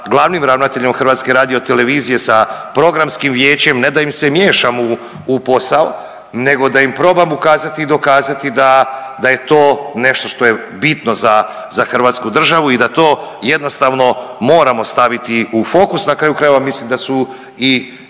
glavnim ravnateljem HRT-om, sa Programskim vijećem ne da im se miješam u posao nego da im probam ukazati i dokazati da je to nešto što je bitno za Hrvatsku državu i da to jednostavno moramo staviti u fokus, na kraju krajeva mislim da su i